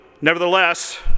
nevertheless